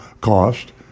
cost